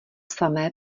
samé